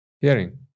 hearing